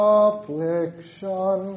affliction